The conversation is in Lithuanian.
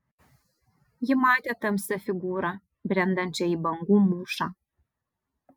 ji matė tamsią figūrą brendančią į bangų mūšą